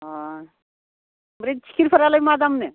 अ' आमफ्राय टिकेटफोरालाय मा दामनो